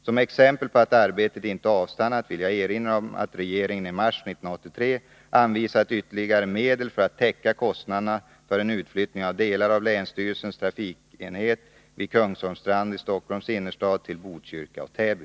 Som exempel på att arbetet inte avstannat vill jag erinra om att regeringen i mars 1983 anvisat ytterligare medel för att täcka kostnaderna för en utflyttning av delar av länsstyrelsens trafikenhet vid Kungsholmsstrand i Stockholms innerstad till Botkyrka och Täby.